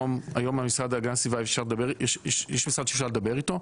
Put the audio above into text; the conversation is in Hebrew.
היום המשרד להגנת הסביבה יש משרד שאפשר לדבר איתו.